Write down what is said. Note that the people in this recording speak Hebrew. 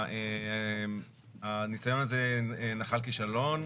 הניסיון הזה נחל כישלון